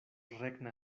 regna